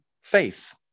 faith